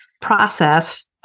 process